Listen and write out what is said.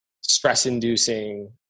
stress-inducing